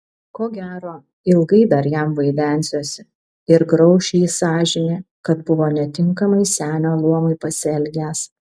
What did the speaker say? ko gero ilgai dar jam vaidensiuosi ir grauš jį sąžinė kad buvo netinkamai senio luomui pasielgęs